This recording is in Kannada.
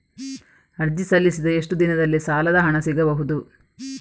ಅರ್ಜಿ ಸಲ್ಲಿಸಿದ ಎಷ್ಟು ದಿನದಲ್ಲಿ ಸಾಲದ ಹಣ ಸಿಗಬಹುದು?